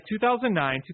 2009